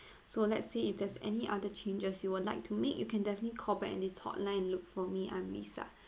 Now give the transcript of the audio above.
so let's say if there's any other changes you will like to make you can definitely call back at this hotline and look for me I'm lisa